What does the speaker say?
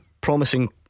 promising